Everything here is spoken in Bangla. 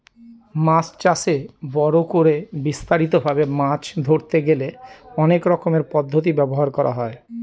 মাছ চাষে বড় করে বিস্তারিত ভাবে মাছ ধরতে গেলে অনেক রকমের পদ্ধতি ব্যবহার করা হয়